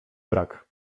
brak